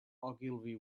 ogilvy